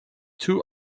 two